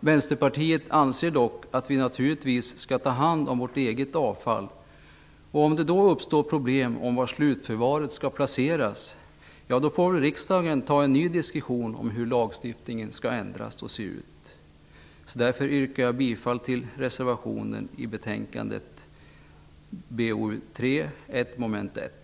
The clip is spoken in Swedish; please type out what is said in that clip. Vänsterpartiet anser dock att vi naturligtvis skall ta hand om vårt eget avfall. Om det då uppstår problem om var slutförvaret skall placeras får väl riksdagen ta en ny diskussion om hur lagstiftningen skall ändras och se ut. Jag yrkar därför bifall till reservation Fru talman!